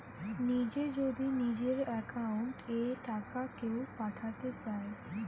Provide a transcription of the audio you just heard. নিজে যদি নিজের একাউন্ট এ টাকা কেও পাঠাতে চায়